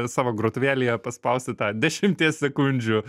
savo grotuvėlyje paspausti tą dešimties sekundžių